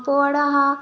पोवाडा हा